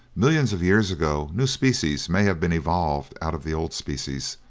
millions of years ago, new species may have been evolved out of the old species,